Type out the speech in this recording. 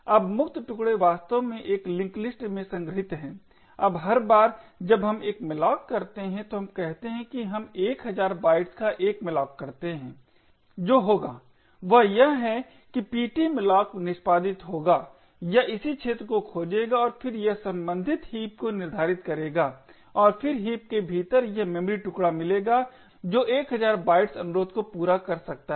अब मुक्त टुकडे वास्तव में एक लिंक लिस्ट में संग्रहीत है अब हर बार जब हम एक malloc करते हैं तो हम कहते हैं कि हम 1000 बाइट्स का एक malloc करते हैं जो होगा वह यह है कि ptmalloc निष्पादित होगा यह इसी क्षेत्र को खोजेगा और फिर यह सम्बंधित हीप को निर्धारित करेगा और फिर हीप के भीतर यह मेमोरी टुकड़ा मिलेगा जो 1000 बाइट्स अनुरोध को पूरा कर सकता है